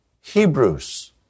Hebrews